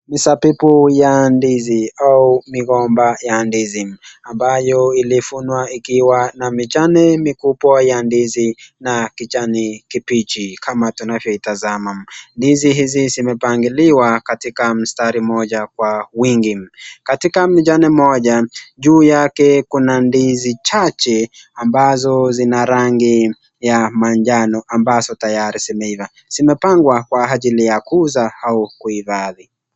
Mzabibu ya ndizi au migomba ya ndizi ambayo ilivunwa ikiwa na mijani mikubwa ya ndizi ya kijani kibichi kama tunavyoitazama. Ndizi hizi zimepangiliwa katika mstari mmoja kwa wingi. Katika mjani mmoja juu yake kuna ndizi chache ambazo zina rangi ya manjano ambazo tayari zimeiva. Zimepangwa kwa ajili ya kuuza au kuhifadhi.